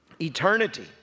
eternity